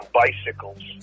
bicycles